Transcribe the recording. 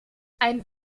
ein